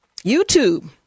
YouTube